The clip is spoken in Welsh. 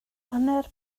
hanner